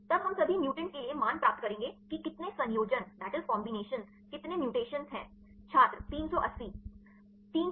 तब हम सभी म्यूटेंट के लिए मान प्राप्त करेंगे कि कितने संयोजन कितने म्यूटेशन हैं छात्र 380